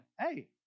hey